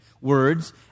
words